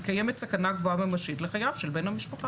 קיימת סכנה גבוהה וממשית לחייו של בן המשפחה.